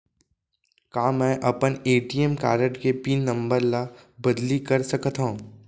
का मैं अपन ए.टी.एम कारड के पिन नम्बर ल बदली कर सकथव?